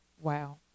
Wow